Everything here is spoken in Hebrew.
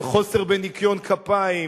של חוסר ניקיון כפיים.